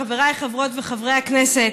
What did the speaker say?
חבריי חברות וחברי הכנסת,